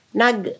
nag